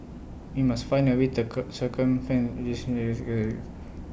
we must find A way to cure circumvent